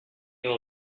will